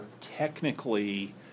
technically